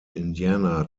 indiana